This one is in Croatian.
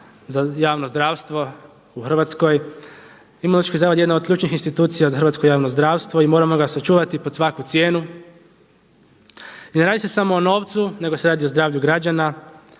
za javno zdravstvo u Hrvatskoj. Imunološki zavod je jedna od ključnih institucija za hrvatsko javno zdravstvo i moramo ga sačuvati pod svaku cijenu. Ne radi se samo o novcu, nego se radi o zdravlju građana.